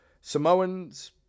Samoans